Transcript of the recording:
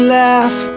laugh